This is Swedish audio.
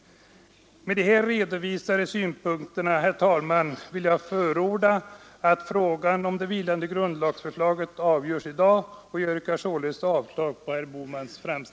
Med de här redovisade synpunkterna vill jag förorda att frågan om det vilande grundlagsförslaget avgörs i dag, och jag hemställer således om avslag på herr Bohmans yrkande.